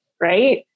right